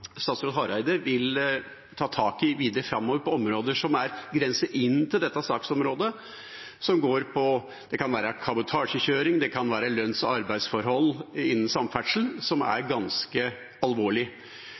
statsråd Hareide vil ta tak i videre framover på områder som grenser opp mot dette saksområdet, som går på kabotasjekjøring eller lønns- og arbeidsforhold innen samferdsel, som